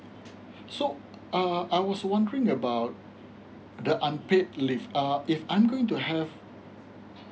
so um I was wondering about the unpaid leave ah if I'm going to have